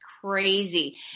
crazy